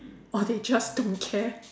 or they just don't care